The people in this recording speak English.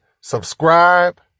subscribe